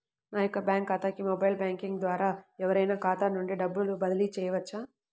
నా యొక్క బ్యాంక్ ఖాతాకి మొబైల్ బ్యాంకింగ్ ద్వారా ఎవరైనా ఖాతా నుండి డబ్బు బదిలీ చేయవచ్చా?